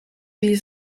wie